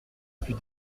fut